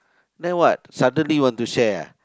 then what suddenly want to share ah